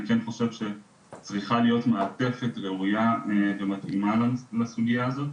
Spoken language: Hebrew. אני כן חושב שצריכה להיות מעטפת ראוייה ומתאימה לסוגייה הזאת.